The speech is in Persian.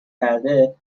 کرده